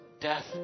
death